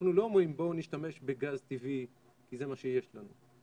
אנחנו לא אומרים בואו נשתמש בגז טבעי כי זה מה שיש לנו.